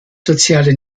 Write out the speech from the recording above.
soziale